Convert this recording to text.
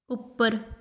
ਉੱਪਰ